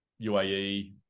UAE